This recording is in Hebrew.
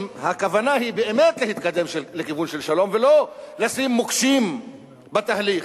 אם הכוונה היא באמת להתקדם לכיוון של שלום ולא לשים מוקשים בתהליך,